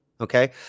Okay